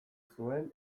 zuen